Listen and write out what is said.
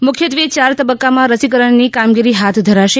મુખ્યત્વે ચાર તબક્કામાં રસીકરણની કામગીરી હાથ ધરાશે